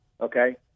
okay